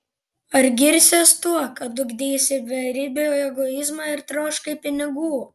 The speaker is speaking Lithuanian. ar girsies tuo kad ugdeisi beribį egoizmą ir troškai pinigų